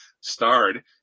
starred